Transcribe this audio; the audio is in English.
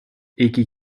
iggy